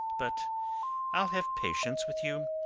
but i'll have patience with you.